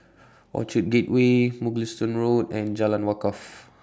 Orchard Gateway Mugliston Road and Jalan Wakaff